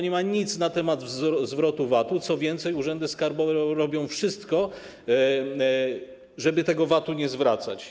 Nie ma nic na temat zwrotu VAT-u, co więcej, urzędy skarbowe robią wszystko, żeby tego VAT-u nie zwracać.